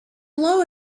blow